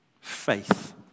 Faith